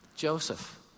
Joseph